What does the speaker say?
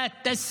(חוזר